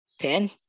ten